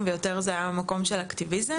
ויותר זה היה המקום של אקטיביזם,